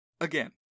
Again